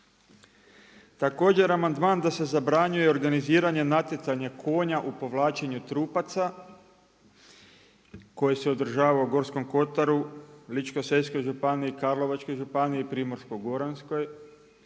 Također amandman da se zabranjuje organiziranje natjecanja konja u povlačenju trupaca koje se održava u Gorskom kotaru, Ličko-senjskoj županiji, Karlovačkoj županiji, Primorsko-goranskoj